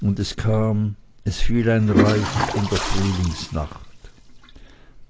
und es kam es fiel ein reif in der frühlingsnacht